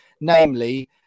namely